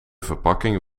verpakking